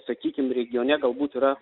sakykim regione galbūt yra